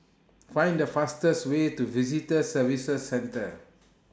Find The fastest Way to Visitor Services Centre